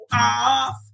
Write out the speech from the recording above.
off